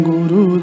Guru